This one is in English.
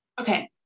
Okay